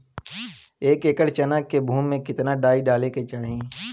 एक एकड़ चना के भूमि में कितना डाई डाले के चाही?